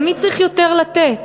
למי צריך יותר לתת.